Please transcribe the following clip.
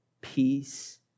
peace